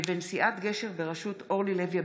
בכנסת העשרים-ושלוש לבין סיעת התאחדות הספרדים שומרי תורה,